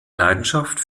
leidenschaft